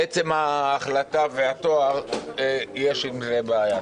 ההחלטה והתואר, יש עם זה בעיה.